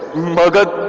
magadha